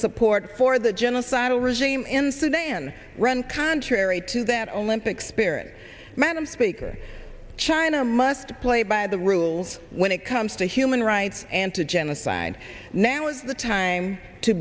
support for the genocidal regime in sudan run contrary to that only unpick spirit madam speaker china must play by the rules when it comes to human rights and to genocide now is the time to